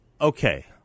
Okay